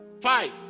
Five